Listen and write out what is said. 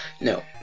No